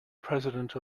president